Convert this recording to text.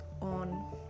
on